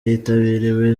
yitabiriwe